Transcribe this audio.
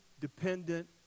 dependent